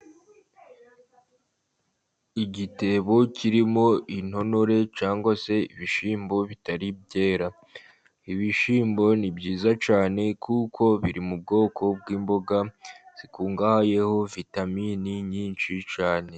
Igitebo kirimo intonore cyangwa se ibishyimbo bitari byera. Ibishyimbo ni byiza cyane, kuko biri mu bwoko bw'imboga zikungahayeho vitamin nyinshi cyane.